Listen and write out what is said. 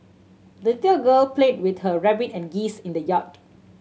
the little girl played with her rabbit and geese in the yard